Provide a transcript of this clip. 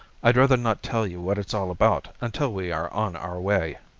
i'd rather not tell you what it's all about until we are on our way.